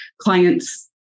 clients